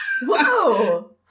Whoa